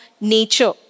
nature